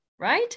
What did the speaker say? right